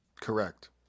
Correct